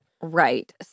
Right